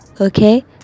okay